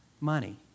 money